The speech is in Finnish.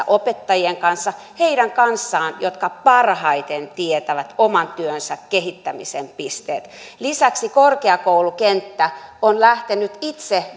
opettajien kanssa heidän kanssaan jotka parhaiten tietävät oman työnsä kehittämisen pisteet lisäksi korkeakoulukenttä on lähtenyt itse